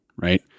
right